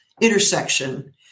intersection